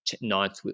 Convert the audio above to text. ninth